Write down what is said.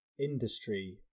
industry